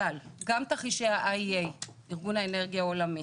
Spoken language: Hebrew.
אבל גם תרחישי ה-IEA, ארגון האנרגיה העולמי,